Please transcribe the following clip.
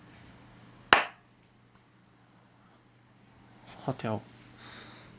hotel